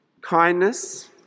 kindness